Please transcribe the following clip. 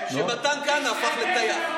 שמתן כהנא הפך לטייח.